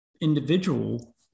individual